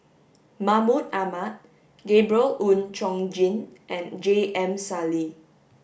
Mahmud Ahmad Gabriel Oon Chong Jin and J M Sali